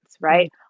right